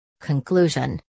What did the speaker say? Conclusion